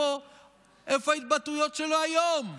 איפה ההתבטאויות שלו היום?